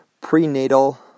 prenatal